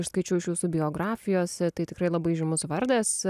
aš skaičiau iš jūsų biografijos tai tikrai labai žymus vardas